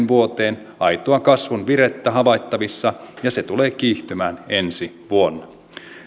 vuoteen aitoa kasvun virettä havaittavissa ja se tulee kiihtymään ensi vuonna